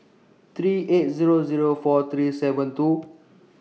three eight Zero Zero four three seven two